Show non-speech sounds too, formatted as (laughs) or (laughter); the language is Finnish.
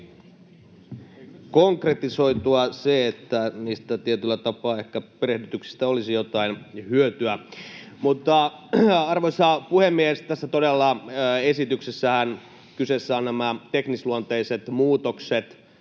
Alkaa konkretisoitua se, että tietyllä tapaa niistä perehdytyksistä olisi ehkä jotain hyötyä. (laughs) Arvoisa puhemies! Todella tässä esityksessähän kyseessä ovat nämä teknisluonteiset muutokset,